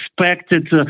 expected